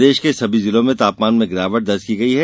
प्रदेश के सभी जिलों में तापमान में गिरावट दर्ज की गई है